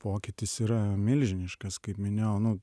pokytis yra milžiniškas kaip minėjau nu